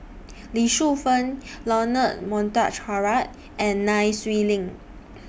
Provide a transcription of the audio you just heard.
Lee Shu Fen Leonard Montague Harrod and Nai Swee Leng